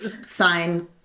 sign